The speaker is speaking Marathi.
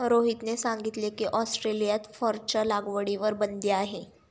रोहितने सांगितले की, ऑस्ट्रेलियात फरच्या लागवडीवर बंदी आहे